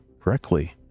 correctly